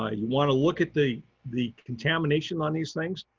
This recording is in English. ah you want to look at the the contamination on these things,